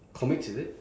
comics is it